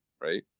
right